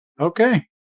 Okay